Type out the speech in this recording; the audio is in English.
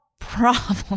problem